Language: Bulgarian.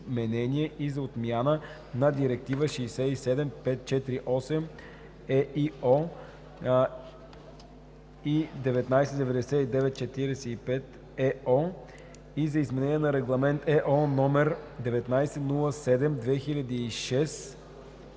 и за отмяна на директиви 67/548/ЕИО и 1999/45/ЕО и за изменение на Регламент (ЕО) № 1907/2006